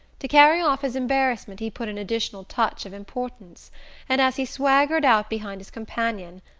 to carry off his embarrassment he put an additional touch of importance and as he swaggered out behind his companion,